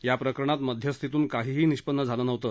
या प्रकरणात मध्यस्थीतून काहीही निष्पन्न झालं नव्हतं